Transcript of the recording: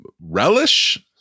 relish